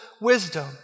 wisdom